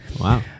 Wow